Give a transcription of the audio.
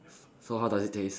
s~ so how does it taste